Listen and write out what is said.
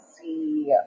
see